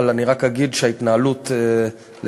אבל אני רק אגיד שההתנהלות בשנים שחלפו,